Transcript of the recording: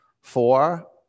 four